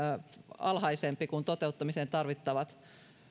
alhaisempi kuin toteuttamiseen tarvittavat